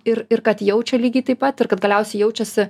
ir ir kad jaučia lygiai taip pat ir kad galiausiai jaučiasi